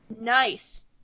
Nice